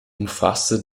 umfasste